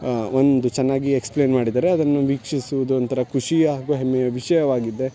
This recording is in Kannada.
ಒಂದು ಚೆನ್ನಾಗಿ ಎಕ್ಸ್ಪ್ಲೇನ್ ಮಾಡಿದ್ದಾರೆ ಅದನ್ನು ವಿಕ್ಷೀಸುವುದು ಒಂಥರ ಖುಷಿಯ ಹಾಗೂ ಹೆಮ್ಮೆಯ ವಿಷಯವಾಗಿದೆ